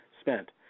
spent